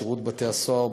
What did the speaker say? שירות בתי-הסוהר,